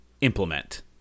implement